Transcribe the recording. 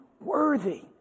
worthy